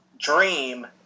Dream